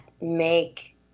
make